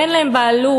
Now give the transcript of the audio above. ואין להם בעלות,